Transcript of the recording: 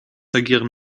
agieren